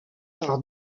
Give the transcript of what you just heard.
par